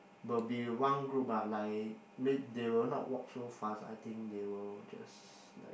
will be in one group lah like mid~ they will not walk so fast I think they will just like